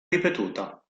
ripetuta